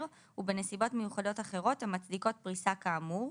ובנסיבות מיוחדות אחרות המצדיקות פריסה כאמור,